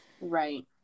Right